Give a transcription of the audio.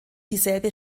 dieselbe